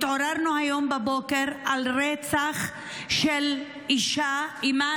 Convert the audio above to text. התעוררנו היום בבוקר לרצח של אישה בהיריון מתקדם,